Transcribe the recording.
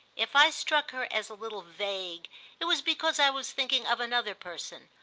if i struck her as a little vague it was because i was thinking of another person.